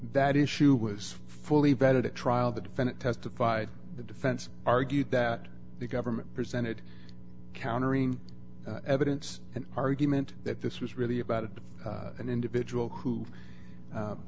that issue was fully vetted at trial the defendant testified the defense argued that the government presented countering evidence an argument that this was really about it an individual who